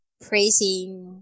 praising